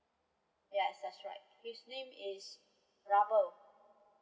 yes that's right his name is rubber